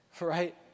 Right